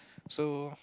so